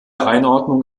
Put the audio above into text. einordnung